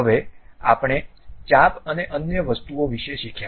હવે આપણે ચાપ અને અન્ય વસ્તુઓ વિશે શીખ્યા